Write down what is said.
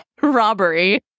robbery